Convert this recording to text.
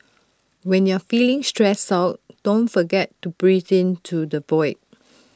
when you are feeling stressed out don't forget to breathe into the void